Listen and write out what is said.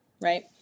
right